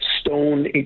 stone